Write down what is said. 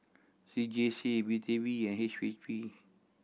C J C B T B and H P B